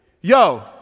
yo